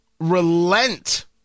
relent